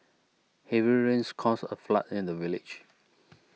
heavy rains caused a flood in the village